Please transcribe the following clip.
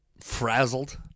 frazzled